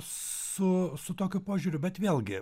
su su tokiu požiūriu bet vėlgi